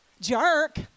jerk